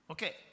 Okay